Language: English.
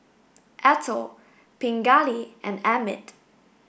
Atal Pingali and Amit